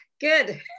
Good